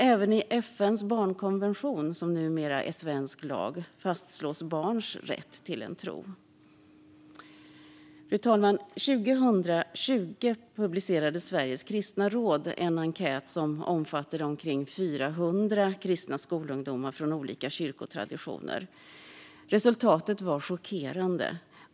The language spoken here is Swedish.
Även i FN:s barnkonvention, som numera är svensk lag, fastslås barns rätt till en tro. År 2020 publicerade Sveriges kristna råd en enkät som omfattade omkring 400 kristna skolungdomar från olika kyrkotraditioner. Resultatet var chockerande.